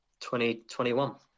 2021